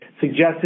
suggested